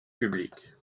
publique